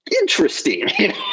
interesting